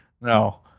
no